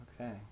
Okay